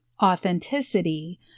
authenticity